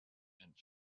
and